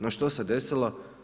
No što se desilo?